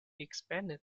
expanded